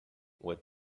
what